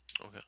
Okay